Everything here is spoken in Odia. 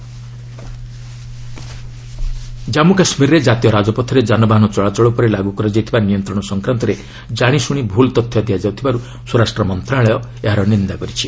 ସେଣ୍ଟର ଜେକେ ହାଇଓ୍ତେ ଜଜ୍ମ କାଶ୍ୱୀରରେ କାତୀୟ ରାଜପଥରେ ଯାନବାହନ ଚଳାଚଳ ଉପରେ ଲାଗୁ କରାଯାଇଥିବା ନିୟନ୍ତ୍ରଣ ସଂକ୍ରାନ୍ତରେ କାଶିଶୁଣି ଭୁଲ୍ ତଥ୍ୟ ଦିଆଯାଉଥିବାର୍ତ ସ୍ୱରାଷ୍ଟ ମନ୍ତ୍ରଣାଳୟ ଏହାର ନିନ୍ଦା କରିଛି